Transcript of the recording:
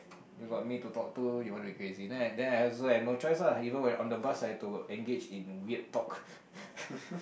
you want me to talk to you want to be crazy then I then I also like no choice lah even when on the bus I have to engage in weird talk